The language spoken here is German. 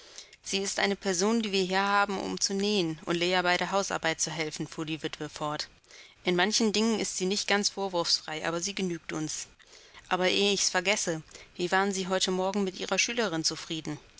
sie ist eine person die wir hier haben um zu nähen und leah bei ihrer hausarbeit zu helfen fuhr die witwe fort in manchen dingen ist sie nicht ganz vorwurfsfrei aber sie genügt uns aber ehe ich's vergesse wie waren sie heute morgen mit ihrer schülerin zufrieden